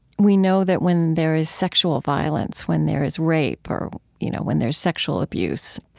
we know that when there is sexual violence, when there is rape or, you know, when there's sexual abuse,